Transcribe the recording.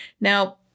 Now